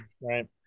Right